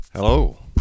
Hello